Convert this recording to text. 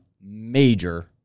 major